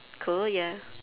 cool ya